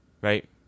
right